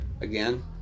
Again